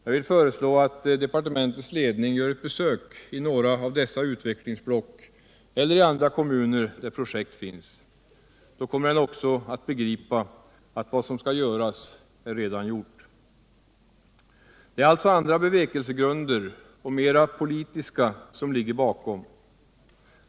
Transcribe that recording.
Jag vill föreslå att departementets ledning gör ett besök i några av dessa utvecklingsblock eller i andra kommuner där projekt finns. Då kommer den också att begripa att vad som skall göras är redan gjort. Det är alltså andra bevekelsegrunder och mera politiska som ligger bakom.